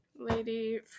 Lady